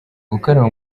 gukaraba